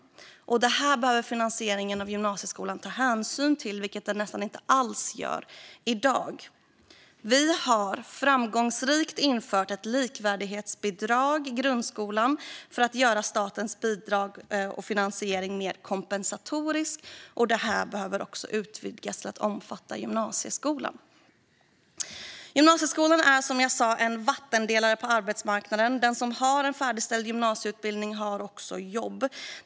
Detta behöver finansieringen av gymnasieskolan ta hänsyn till, vilket nästan inte alls sker i dag. Vi har framgångsrikt infört ett likvärdighetsbidrag i grundskolan för att göra finansieringen mer kompensatorisk, och detta behöver utvidgas till att även omfatta gymnasieskolan. Gymnasieskolan är som jag sa en vattendelare på arbetsmarknaden. Den som har en avklarad gymnasieutbildning har också jobb.